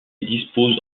dispose